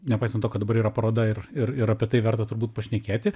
nepaisant to kad dabar yra paroda ir ir ir apie tai verta turbūt pašnekėti